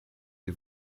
des